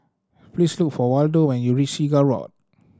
please look for Waldo when you reach Seagull Walk